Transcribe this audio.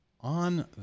on